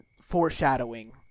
foreshadowing